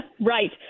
Right